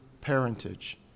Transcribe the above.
parentage